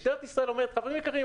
משטרת ישראל אומרת: חברים יקרים,